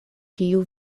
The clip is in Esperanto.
tiu